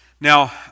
Now